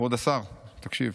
כבוד השר, תקשיב.